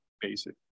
basic